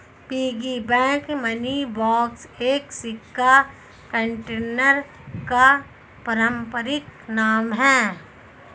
piggy bank money box एक सिक्का container का पारंपरिक नाम है